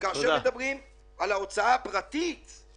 כאשר מדברים על ההוצאה בנושא,